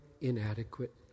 inadequate